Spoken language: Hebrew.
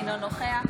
אינו נוכח